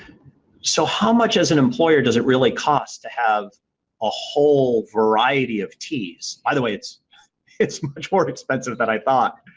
so, how much as an employer does it really cost to have a whole variety of teas? by the way, it's it's much more expensive than i thought.